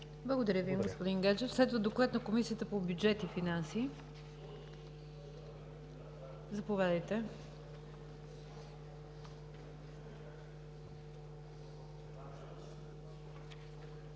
Благодаря Ви, господин Гаджев. Следва Доклад на Комисията по бюджет и финанси. Заповядайте,